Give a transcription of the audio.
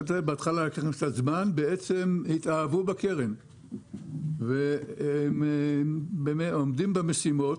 בהתחלה זה לקח קצת זמן התאהבו בקרן והם עומדים במשימות